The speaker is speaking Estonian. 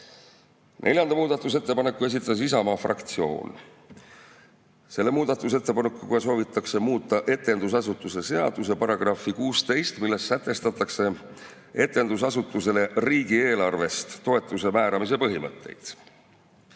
Neljanda muudatusettepaneku esitas Isamaa fraktsioon. Selle muudatusettepanekuga soovitakse muuta etendusasutuse seaduse § 16, milles sätestatakse etendusasutusele riigieelarvest toetuse määramise põhimõtteid.